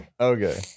Okay